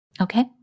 Okay